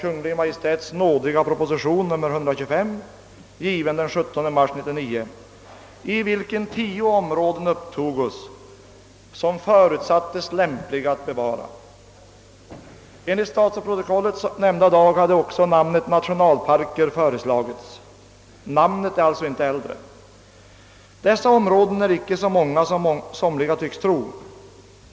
Maj:ts nådiga Proposition N:O 125 gifven den 17 Mars 1909», vilken upptog tio områden som förutsattes lämpliga att bevara. Enligt statsrådsprotokollet från nämnda dag hade också namnet »nationalparker» föreslagits. Namnet är alltså inte äldre. Dessa områden är icke heller så många som somliga tycks tro.